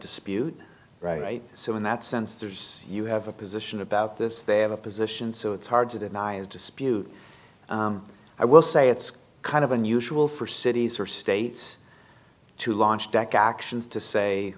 dispute right so in that sense there's you have a position about this they have a position so it's hard to deny a dispute i will say it's kind of unusual for cities or states to launch deck actions to say